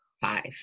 five